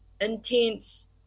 intense